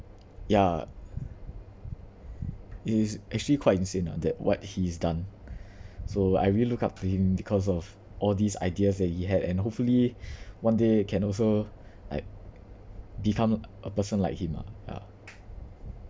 ya it is actually quite insane lah that what he's done so I really look up to him because of all these ideas that he had and hopefully one day I can also like become a person like him ah